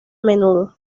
menudo